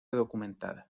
documentada